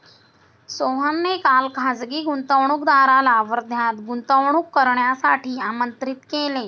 सोहनने काल खासगी गुंतवणूकदाराला वर्ध्यात गुंतवणूक करण्यासाठी आमंत्रित केले